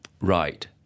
Right